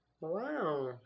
Wow